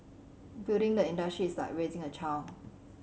building the industry is like raising a child